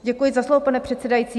Děkuji za slovo, pane předsedající.